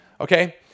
Okay